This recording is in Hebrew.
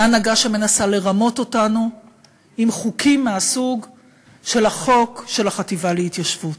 ההנהגה שמנסה לרמות אותנו עם חוקים מהסוג של החוק של החטיבה להתיישבות,